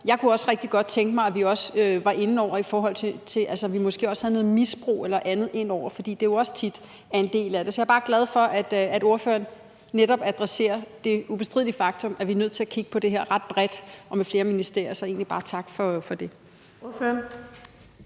Jeg kunne rigtig godt tænke mig, at vi også havde misbrug eller andet ind over, fordi det jo også tit er en del af det. Så jeg er bare glad for, at ordføreren netop adresserer det ubestridelige faktum, at vi er nødt til at kigge på det her ret bredt og med flere ministerier involveret. Så jeg